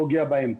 פוגע בהם.